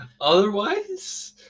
Otherwise